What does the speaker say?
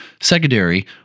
secondary